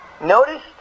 notice